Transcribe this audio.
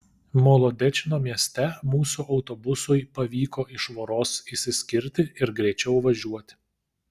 molodečno mieste mūsų autobusui pavyko iš voros išsiskirti ir greičiau važiuoti